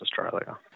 Australia